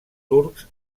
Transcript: turcs